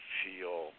feel